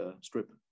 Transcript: strip